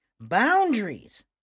Boundaries